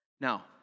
Now